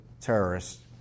terrorists